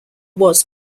was